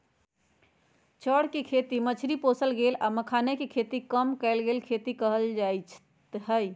चौर कें खेती में मछरी पोशल गेल आ मखानाके खेती कमल के खेती कएल जाइत हइ